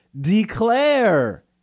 declare